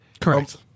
Correct